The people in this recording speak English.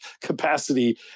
capacity